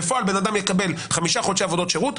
בפועל בן אדם יקבל חמישה חודשי עבודות שירות,